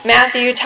Matthew